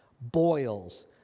boils